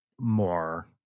more